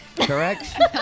correct